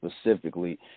specifically